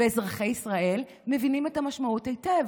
ואזרחי ישראל מבינים את המשמעות היטב.